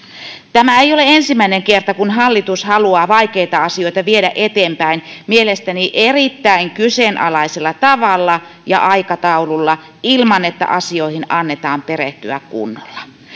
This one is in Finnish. tämä ei ole ensimmäinen kerta kun hallitus haluaa vaikeita asioita viedä eteenpäin mielestäni erittäin kyseenalaisella tavalla ja aikataululla ilman että asioihin annetaan perehtyä kunnolla